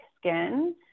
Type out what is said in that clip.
skin